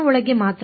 ನ ಒಳಗೆ ಮಾತ್ರ